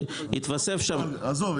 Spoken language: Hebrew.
שיתווסף שם --- עזוב.